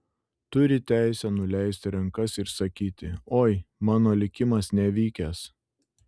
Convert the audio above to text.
turi teisę nuleisti rankas ir sakyti oi mano likimas nevykęs